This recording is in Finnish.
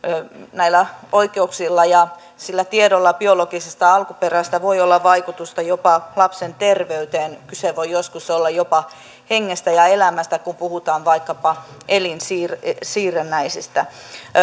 näillä oikeuksilla ja tiedolla biologisesta alkuperästä voi olla vaikutusta jopa lapsen terveyteen kyse voi joskus olla jopa hengestä ja elämästä kun puhutaan vaikkapa elinsiirrännäisistä